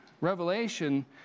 Revelation